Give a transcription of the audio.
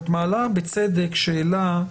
את מעלה בצדק שאלה.